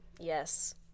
Yes